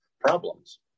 problems